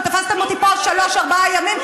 ותפסתם אותי פה שלושה-ארבעה ימים,